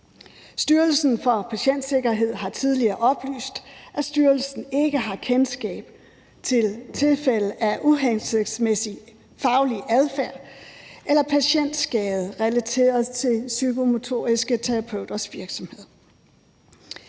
Styrelsen for Patientsikkerhed har tidligere oplyst, at styrelsen ikke har kendskab til tilfælde af uhensigtsmæssig faglig adfærd eller patientskade relateret til psykomotoriske terapeuters virksomhed.